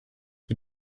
wir